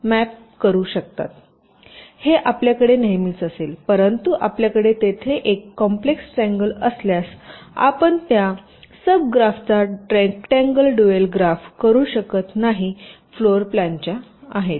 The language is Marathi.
तर हे आपल्याकडे नेहमीच असेल परंतु आपल्याकडे तेथे एक कॉम्प्लेक्स ट्रिअगल असल्यास आपण त्या उप ग्राफचा रेक्टांगल ड्युअल ग्राफ करू शकत नाही फ्लोर प्लॅन च्या आहात